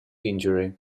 injury